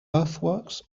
earthworks